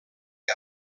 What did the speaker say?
que